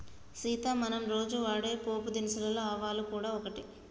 సీత మనం రోజు వాడే పోపు దినుసులలో ఆవాలు గూడ ఒకటి